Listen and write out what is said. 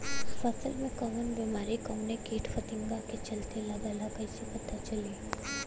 फसल में कवन बेमारी कवने कीट फतिंगा के चलते लगल ह कइसे पता चली?